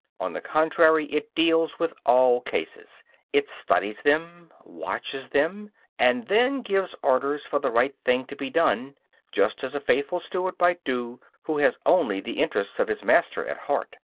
on the contrary, it deals with all cases it studies them, watches them and then gives orders for the right thing to be done just as a faithful steward might do who had only the interests of his master at heart.